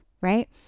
right